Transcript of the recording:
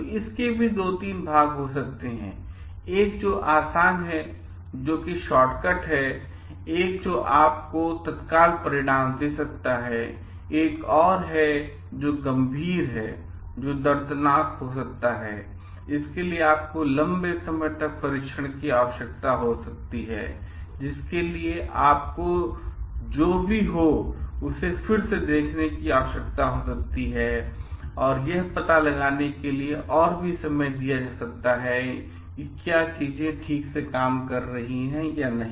तो इसके 2 3 भाग हो सकते हैंएक जो आसान है एक जो शॉर्ट कट है एक जो आप आपको एक तत्काल परिणाम दे सकता है एक और है जो गंभीर है जो दर्दनाक हो सकता है जिसके लिए आपको लंबे समय तक परीक्षण की आवश्यकता हो सकती है जिसके लिए आपको जो भी हो उसे फिर से देखने की आवश्यकता हो सकती है यह पता लगाने के लिए और भी समय दिया जा सकता है कि है कि क्या चीजें ठीक से काम कर रही हैं या नहीं